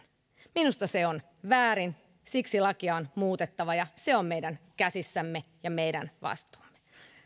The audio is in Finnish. minusta se on väärin siksi lakia on muutettava ja se on meidän käsissämme ja meidän vastuullamme